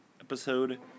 episode